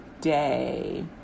day